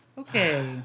Okay